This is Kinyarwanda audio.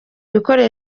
bikorwa